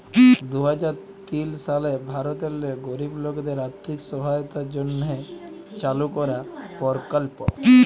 দু হাজার তিল সালে ভারতেল্লে গরিব লকদের আথ্থিক সহায়তার জ্যনহে চালু করা পরকল্প